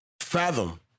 fathom